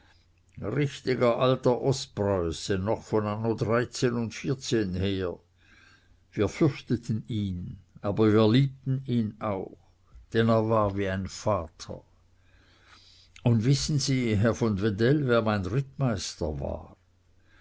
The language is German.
richtiger alter ostpreuße noch von anno und her wir fürchteten ihn aber wir liebten ihn auch denn er war wie ein vater und wissen sie herr von wedell wer mein rittmeister war